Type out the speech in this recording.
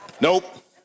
Nope